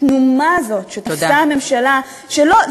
התנומה הזאת שתפסה הממשלה, תודה.